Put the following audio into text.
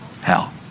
Hell